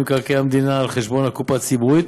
ממקרקעי המדינה על חשבון הקופה הציבורית